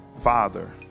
father